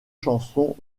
chansons